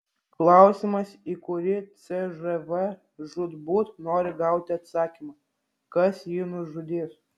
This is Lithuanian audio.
klausimas į kurį cžv žūtbūt nori gauti atsakymą kas jį nužudys